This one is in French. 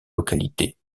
localités